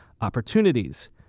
opportunities